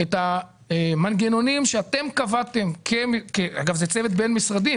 את המנגנונים שאתם קבעתם אגב זה צוות בין-משרדי,